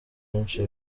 benshi